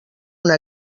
una